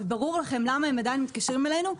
וברור לכם למה הם עדיין מתקשרים אלינו,